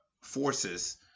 forces